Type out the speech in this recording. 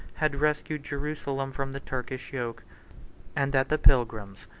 had rescued jerusalem from the turkish yoke and that the pilgrims,